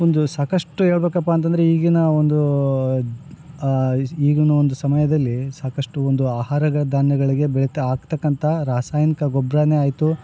ಒಂದು ಸಾಕಷ್ಟು ಹೇಳ್ಬೇಕಪ್ಪಾ ಅಂತಂದರೆ ಈಗಿನ ಒಂದು ಈಗಿನ ಒಂದು ಸಮಯದಲ್ಲಿ ಸಾಕಷ್ಟು ಒಂದು ಆಹಾರ ಧಾನ್ಯಗಳ್ಗೆ ಬೆಳೀತ ಹಾಕ್ತಕ್ಕಂಥ ರಾಸಾಯನಕ ಗೊಬ್ಬರನೇ ಆಯಿತು